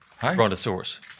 Brontosaurus